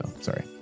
Sorry